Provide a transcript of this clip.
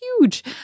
huge